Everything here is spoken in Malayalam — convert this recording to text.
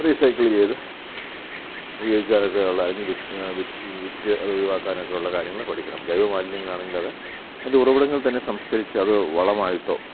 റീസൈക്കിളെയ്ത് ഉപയോഗിക്കാനൊക്കെയുള്ള അല്ലെങ്കിൽ വിറ്റ് അതൊഴിവാക്കാനൊക്കെയുള്ള കാര്യങ്ങൾ പഠിക്കണം ജൈവ മാലിന്യങ്ങളാണെങ്കിലത് അതിൻ്റെ ഉറവിടങ്ങളിൽത്തന്നെ സംസ്ക്കരിച്ച് അത് വളമായിട്ടോ